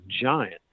giant